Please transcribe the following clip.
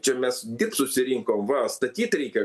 čia mes dirbt susirinkom va statyt reikia